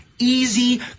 Easy